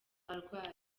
arwaye